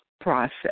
process